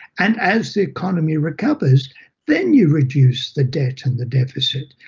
and as the economy recovers then you reduce the debt and the deficit,